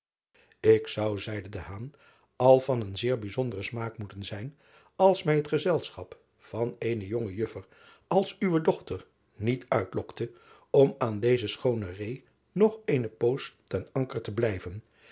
k zou zeide al van een zeer bijzonderen smaak moeten zijn als mij het gezelschap van eene jonge juffer als uwe dochter niet uitlokte om aan deze schoone ree nog eene poos ten anker te blijven